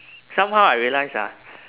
somehow I realise ah